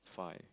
five